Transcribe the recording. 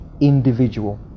individual